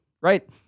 Right